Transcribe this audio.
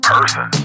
Person